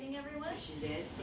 everyone.